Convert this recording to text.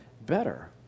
better